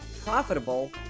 profitable